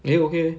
eh okay leh